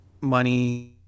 money